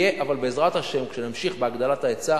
אבל בעזרת השם כשנמשיך בהגדלת ההיצע,